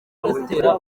gutera